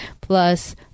plus